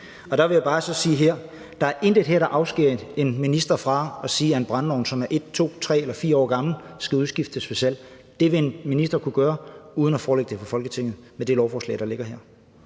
Og der må jeg bare sige her: Der er intet her, der afskærer en minister fra at sige, at en brændeovn, som er 1, 2, 3 eller 4 år gammel, skal udskiftes ved salg. Det vil ministeren kunne gøre uden at forelægge det for Folketinget, med det lovforslag, der ligger her.